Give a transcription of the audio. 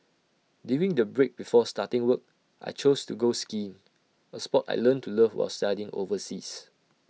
during the break before starting work I chose to go skiing A Sport I learnt to love while studying overseas